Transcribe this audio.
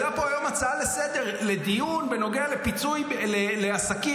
הייתה פה היום הצעה לסדר-היום לדיון בנוגע לפיצוי לעסקים.